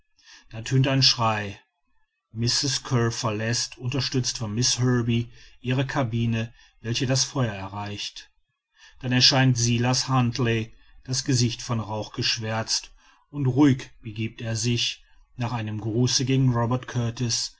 da tönt ein schrei mrs kear verläßt unterstützt von miß herbey ihre cabine welche das feuer erreicht dann erscheint silas huntly das gesicht von rauch geschwärzt und ruhig begiebt er sich nach einem gruße gegen robert kurtis